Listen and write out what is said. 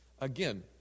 Again